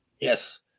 Yes